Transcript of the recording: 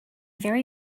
very